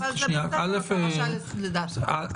אתה רשאי, לדעתך.